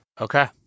Okay